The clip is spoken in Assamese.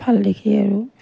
ভাল দেখি আৰু